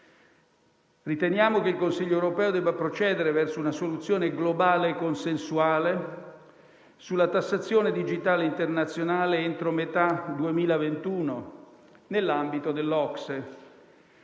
Riteniamo che il Consiglio europeo debba procedere verso una soluzione globale consensuale sulla tassazione digitale internazionale entro metà 2021 nell'ambito dell'OCSE.